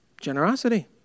Generosity